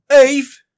Eve